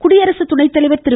குடியரசு துணைத்தலைவா் திரு